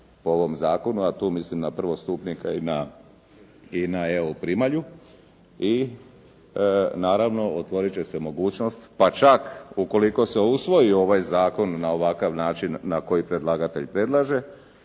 po ovom zakonu, a tu mislim prvostupnika i na primalju i naravno otvorit će se mogućnost, pa čak ukoliko se usvoji ovaj zakon na ovakav način na koji predlagatelj predlaže,